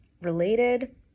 related